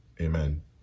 Amen